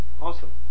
awesome